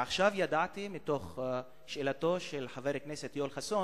עכשיו נודע לי, משאלתו של חבר הכנסת יואל חסון